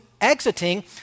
exiting